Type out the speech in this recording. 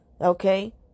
okay